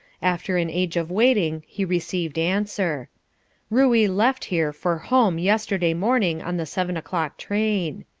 after an age of waiting he received answer ruey left here for home yesterday morning on the seven o'clock train.